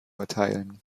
erteilen